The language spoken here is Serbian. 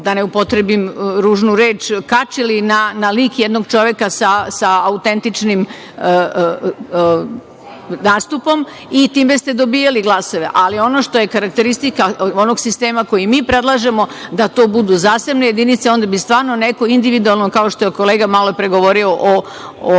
da ne upotrebim ružnu reč, kačili na lik jednog čoveka sa autentičnim nastupom i time ste dobijali glasove. Ali, ono što je karakteristika sistema koji mi predlažemo, da to budu zasebne jedinice, onda bi stvarno neko individualno, kao što je kolega malopre govorio o